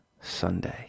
Sunday